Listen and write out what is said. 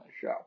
show